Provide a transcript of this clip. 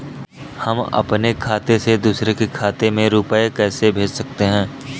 हम अपने खाते से दूसरे के खाते में रुपये कैसे भेज सकते हैं?